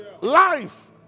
Life